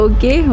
Okay